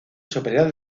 superior